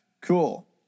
cool